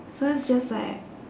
so it's just like